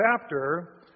chapter